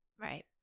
Right